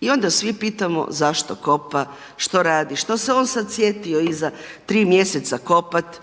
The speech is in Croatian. I onda svi pitamo zašto kopa, što radi, što se on sada sjetio iza tri mjeseca kopati.